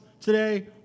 today